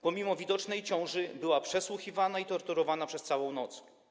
Pomimo widocznej ciąży była przesłuchiwana i torturowana przez całą noc.